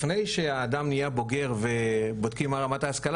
לפני שהאדם נהיה בוגר ובודקים מה רמת ההשכלה